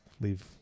leave